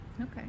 Okay